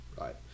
right